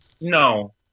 No